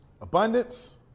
Abundance